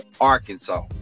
Arkansas